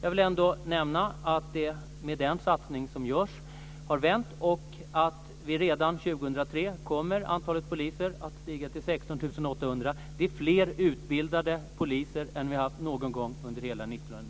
Utvecklingen har vänt med den satsning som görs. Redan år 2003 kommer antalet poliser att stiga till 16 800. Det är fler utbildade poliser än vi haft någon gång under hela